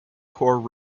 corps